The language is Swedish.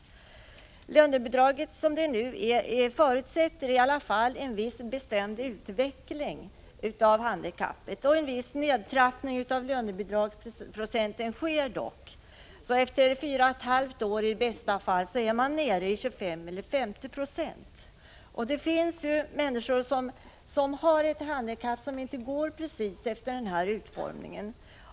Nuvarande utformning av lönebidraget förutsätter i alla fall en viss bestämd utveckling av handikappet, och en viss nedtrappning av lönebidragsprocenten sker dock. Efter i bästa fall fyra och ett halvt år är man nere i 25 eller 50 9. Men det finns människor som har ett handikapp som inte precis följer den utvecklingen.